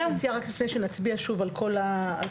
אני מציעה רק לפני, שנצביע שוב על כל החוק.